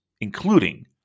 including